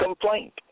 complaint